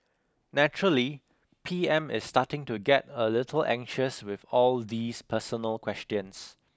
naturally P M is starting to get a little anxious with all these personal questions